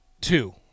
Two